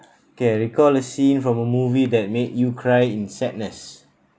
okay recall a scene from a movie that made you cry in sadness